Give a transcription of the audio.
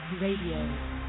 Radio